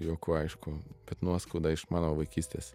juoku aišku kad nuoskauda iš mano vaikystės